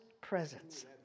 presence